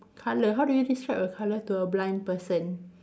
colour how do you describe a colour to a blind person